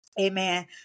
amen